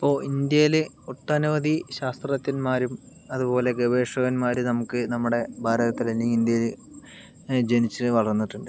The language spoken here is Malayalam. ഇപ്പോൾ ഇന്ത്യയില് ഒട്ടനവധി ശാസ്ത്രജ്ഞന്മാരും അതുപോലെ ഗവേഷകന്മാര് നമുക്ക് നമ്മുടെ ഭാരതത്തില് അല്ലെങ്കിൽ ഇന്ത്യയില് ജനിച്ച് വളർന്നിട്ടുണ്ട്